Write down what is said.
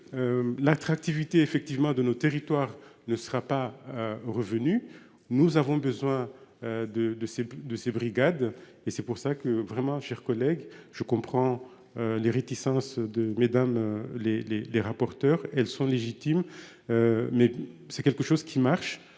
L'attractivité effectivement de nos territoires ne sera pas revenue. Nous avons besoin. De, de ces, de ces brigades et c'est pour ça que vraiment cher collègue. Je comprends les réticences de mesdames les les les rapporteurs, elles sont légitimes. Mais c'est quelque chose qui marche.